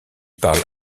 parle